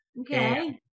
Okay